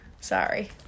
Sorry